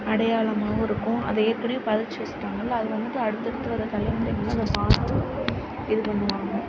அடையாளமாகவும் இருக்கும் அதை ஏற்கனே பதிச்சு வச்சிவிட்டாங்கள்ல அது வந்துவிட்டு அடுத்தடுத்து வர தலைமுறைகள்லான் அதை பார்த்து இது பண்ணுவாங்க